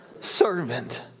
Servant